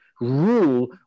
rule